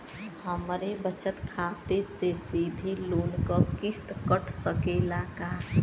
हमरे बचत खाते से सीधे लोन क किस्त कट सकेला का?